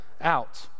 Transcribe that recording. out